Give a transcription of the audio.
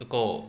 不够